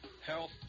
health